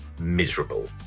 miserable